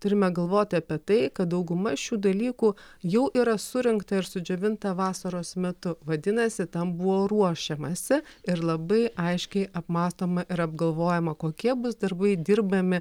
turime galvoti apie tai kad dauguma šių dalykų jau yra surinkta ir sudžiovinta vasaros metu vadinasi tam buvo ruošiamasi ir labai aiškiai apmąstoma ir apgalvojama kokie bus darbai dirbami